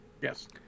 Yes